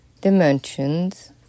dimensions